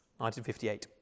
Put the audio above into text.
1958